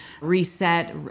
reset